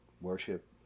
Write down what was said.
worship